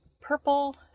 purple